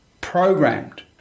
programmed